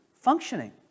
functioning